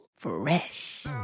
Fresh